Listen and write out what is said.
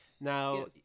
now